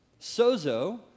Sozo